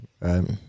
Right